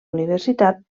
universitat